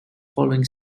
following